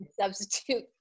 substitute